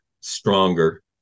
stronger